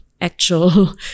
actual